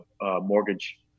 mortgage